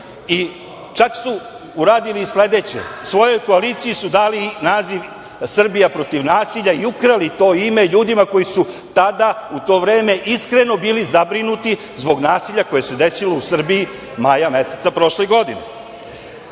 čak su uradili i sledeće. Svojoj koaliciji su dali naziv „Srbija protiv nasilja“ u ukrali to ime ljudima koji su tada, u to vreme, iskreno bili zabrinuti zbog nasilja koje se desilo u Srbiji, maja meseca prošle godine.